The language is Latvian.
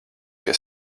pie